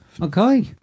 Okay